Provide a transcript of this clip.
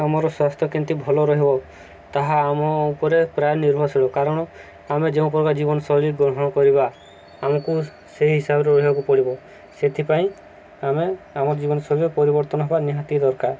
ଆମର ସ୍ୱାସ୍ଥ୍ୟ କେମିତି ଭଲ ରହିବ ତାହା ଆମ ଉପରେ ପ୍ରାୟ ନିର୍ଭରଶୀଳ କାରଣ ଆମେ ଯେଉଁ ପ୍ରକାର ଜୀବନଶୈଳୀ ଗ୍ରହଣ କରିବା ଆମକୁ ସେହି ହିସାବରେ ରହିବାକୁ ପଡ଼ିବ ସେଥିପାଇଁ ଆମେ ଆମ ଜୀବନଶୈଳୀରେ ପରିବର୍ତ୍ତନ ହେବା ନିହାତି ଦରକାର